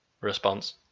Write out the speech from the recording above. response